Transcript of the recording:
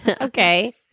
okay